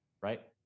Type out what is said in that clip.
right